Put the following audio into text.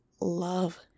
love